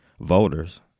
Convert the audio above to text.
voters